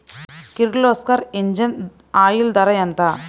Kirloskar engine oil ధర ఎంత?